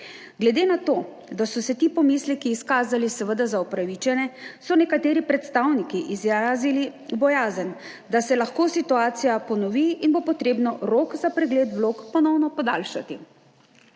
Glede na to, da so se ti pomisleki izkazali seveda za upravičene, so nekateri predstavniki izrazili bojazen, da se lahko situacija ponovi in bo treba rok za pregled vlog ponovno podaljšati.